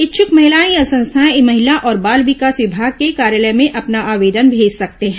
इच्छूक महिलाए या संस्थाएं महिला और बाल विकास विभाग के कार्यालय में अपना आवेदन भेज सकते हैं